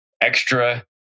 extra